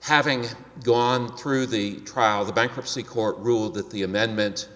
having gone through the trial the bankruptcy court ruled that the amendment